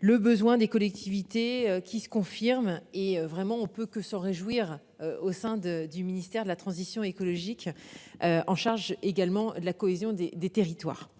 Le besoin des collectivités qui se confirme et vraiment on ne peut que se réjouir au sein de du ministère de la transition écologique. En charge également de la cohésion des des territoires.